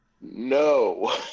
No